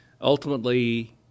ultimately